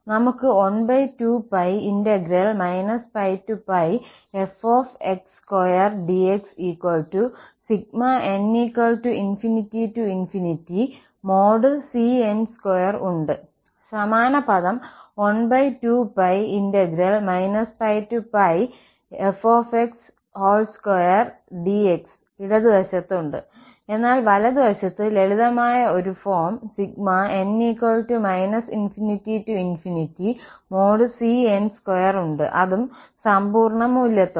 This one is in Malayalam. നമ്മൾക്ക് 12π πfx2dxn∞cn2ഉണ്ട്സമാന പദം 12π πfx2dx ഇടതുവശത്ത് ഉണ്ട് എന്നാൽ വലതുവശത്ത് ലളിതമായ ഒരു ഫോം n ∞cn2 ഉണ്ട് അതും സമ്പൂർണ്ണ മൂല്യത്തോടെ